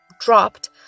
dropped